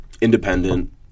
Independent